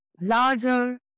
Larger